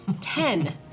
Ten